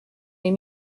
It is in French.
les